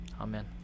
Amen